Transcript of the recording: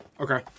Okay